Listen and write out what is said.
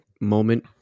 moment